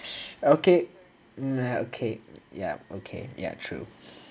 okay okay ya okay ya true